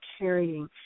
carrying